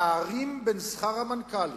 הפערים בין שכר המנכ"לים